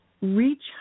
reach